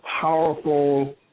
powerful